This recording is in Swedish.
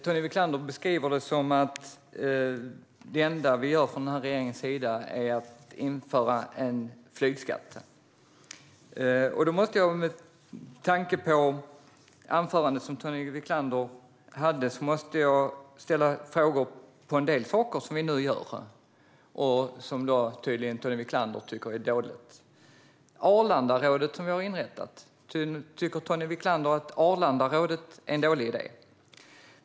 Tony Wiklander beskriver det som att det enda regeringen gör är att införa en flygskatt. Med tanke på det anförande Tony Wiklander höll måste jag ställa frågor om en del saker som vi nu gör och som Tony Wiklander tydligen tycker är dåliga. Vi har inrättat Arlandarådet. Tycker Tony Wiklander att Arlandarådet är en dålig idé?